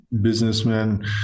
businessman